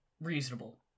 reasonable